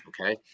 okay